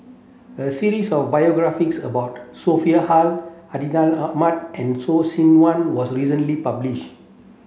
a series of biographies about Sophia Hull Hartinah Ahmad and Loh Sin Yun was recently published